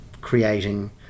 creating